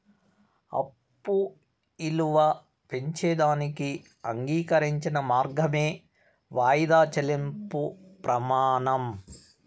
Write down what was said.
అప్పు ఇలువ పెంచేదానికి అంగీకరించిన మార్గమే వాయిదా చెల్లింపు ప్రమానం